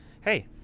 hey